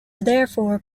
therefore